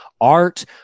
art